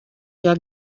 hja